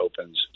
opens